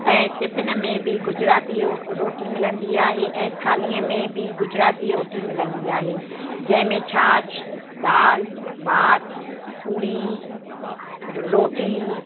ऐं टिफ़िन में बि गुजराती रो रोटी मिलंदी आहे ऐं थालीअ में बि गुजराती रोटी मिलंदी आहे जंहिंमें छाछ दाल भात पूड़ी र रोटी